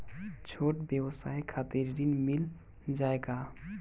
छोट ब्योसाय के खातिर ऋण मिल जाए का?